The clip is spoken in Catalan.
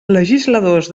legisladors